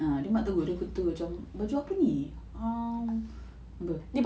ah dia mat teruk dia tegur macam baju apa ni um apa